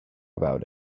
about